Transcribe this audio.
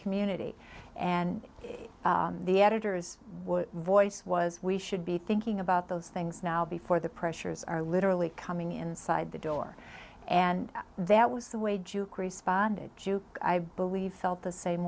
community and the editors would voice was we should be thinking about those things now before the pressures are literally coming inside the door and that was the way juke responded to i believe felt the same